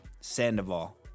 Sandoval